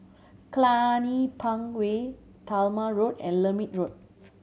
Cluny Park Way Talma Road and Lermit Road